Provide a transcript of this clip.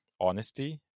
honesty